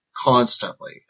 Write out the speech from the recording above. Constantly